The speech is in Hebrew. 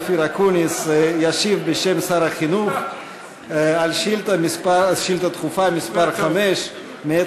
אופיר אקוניס ישיב בשם שר החינוך על שאילתה דחופה מס' 5 מאת